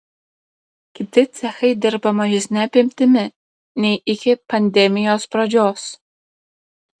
kiti cechai dirba mažesne apimtimi nei iki pandemijos pradžios